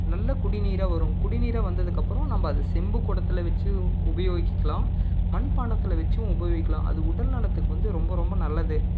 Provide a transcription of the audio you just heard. நல்ல குடிநீராக வரும் குடிநீராக வந்ததுக்கு அப்புறம் நம்ம அது செம்பு குடத்துல வச்சு உபயோகிக்கலாம் மண் பாண்டத்தில் வைச்சும் உபயோகிக்கலாம் அது உடல் நலத்துக்கு வந்து ரொம்ப ரொம்ப நல்லது